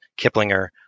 Kiplinger